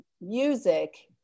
music